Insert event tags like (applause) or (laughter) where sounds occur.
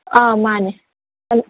ꯑꯥ ꯃꯥꯅꯦ (unintelligible)